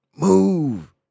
Move